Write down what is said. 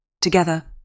Together